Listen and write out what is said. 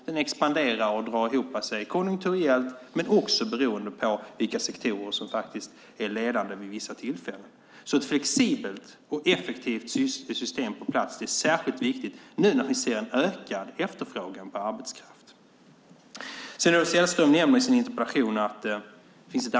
Den expanderar och drar ihop sig med konjunkturen men också beroende på vilka sektorer som är ledande vid vissa tillfällen. Det är särskilt viktigt att ha ett flexibelt och effektivt system på plats nu när vi ser en ökad efterfrågan på arbetskraft. Sven-Olof Sällström nämner i sin interpellation ett antal sifferuppgifter.